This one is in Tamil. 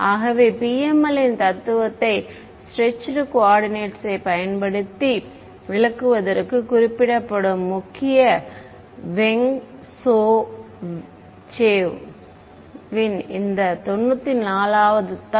ஆகவே PML இன் தத்துவத்தை ஸ்ட்ரெட்சுடு கோஓர்டினேட்ஸை பயன்படுத்தி விளக்குவதற்கு குறிப்பிடப்படும் முக்கிய வெங் சோ சேவ் ன் இந்த 94 வது தாள்